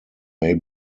may